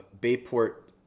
Bayport